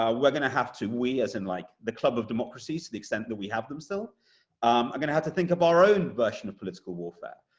we're going to have to we as in like the club of democracies, to the extent that we have them still are going to have to think of our own version of political warfare.